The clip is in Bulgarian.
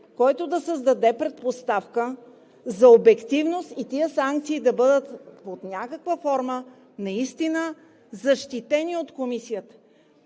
който да създаде предпоставка за обективност и тези санкции да бъдат под някаква форма наистина защитени от Комисията.